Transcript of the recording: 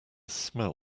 smell